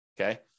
Okay